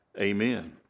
Amen